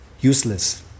useless